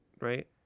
right